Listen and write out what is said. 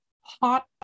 hot